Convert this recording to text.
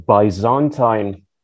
Byzantine